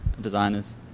designers